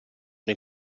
nei